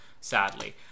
sadly